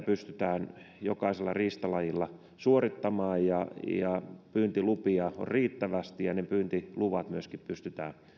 pystytään jokaisella riistalajilla suorittamaan ja ja pyyntilupia on riittävästi ja ne pyyntiluvat myöskin pystytään